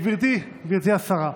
גברתי השרה,